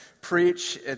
preach